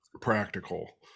practical